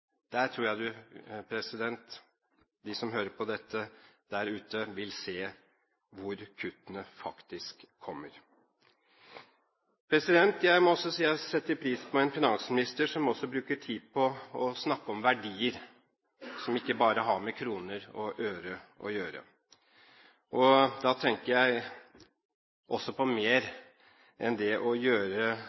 Jeg tror de som hører på dette der ute, vil se hvor kuttene faktisk kommer. Jeg må si at jeg setter pris på en finansminister som også bruker tid på å snakke om verdier som ikke bare har med kroner og øre å gjøre. Da tenker jeg på mer enn å gjøre det å